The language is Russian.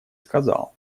сказал